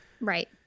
Right